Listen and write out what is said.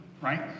right